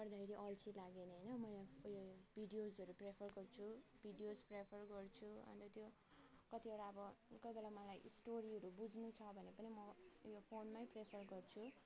पढ्दाखेरि अल्छी लाग्यो भने होइन म यो भिडियोजहरू प्रिफर गर्छु भिडियोज प्रिफर गर्छु अन्त त्यो कतिवटा अब कोही बेला मलाई स्टोरीहरू बुझ्नु छ भने पनि म यो फोनमा प्रिफर गर्छु अन्त त्यो